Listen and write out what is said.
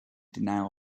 denial